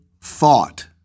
thought